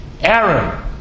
Aaron